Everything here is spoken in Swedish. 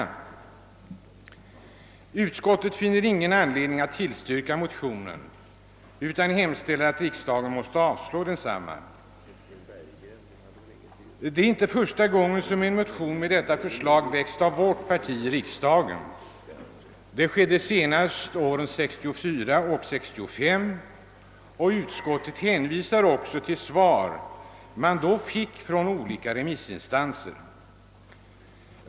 Utskottet finner ingen anledning att tillstyrka motionen utan hemställer att riksdagen måtte avslå densamma. Det är inte första gången som en motion med detta förslag väckts av vårt parti i riksdagen. Det skedde senast 1964 och 1965, och utskottet hänvisar även till svar man då fick från olika remissinstanser.